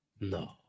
No